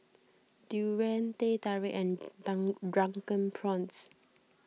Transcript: Durian Teh Tarik and Drunken Prawns